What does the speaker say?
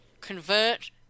convert